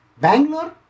Bangalore